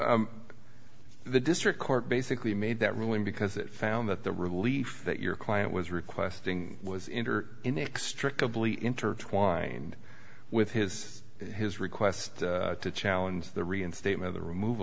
you the district court basically made that ruling because it found that the relief that your client was requesting was in her inextricably intertwined with his his request to challenge the reinstatement the remov